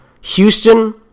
houston